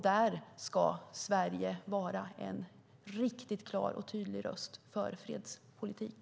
Där ska Sverige vara en riktigt klar och tydlig röst för fredspolitik.